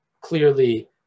clearly